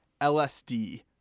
LSD